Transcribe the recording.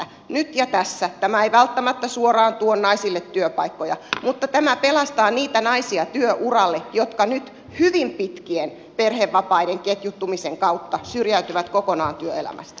nyt ja tässä tämä ei välttämättä suoraan tuo naisille työpaikkoja mutta tämä pelastaa niitä naisia työuralle jotka nyt hyvin pitkien perhevapaiden ketjuttumisen kautta syrjäytyvät kokonaan työelämästä